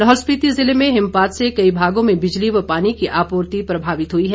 लाहौल स्पीति जिले में हिमपात से कई भागों में बिजली व पानी की आपूर्ति प्रभावित हुई है